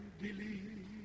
believe